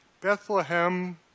Bethlehem